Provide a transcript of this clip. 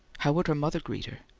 how would her mother greet her?